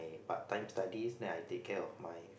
part time studies then I take care of my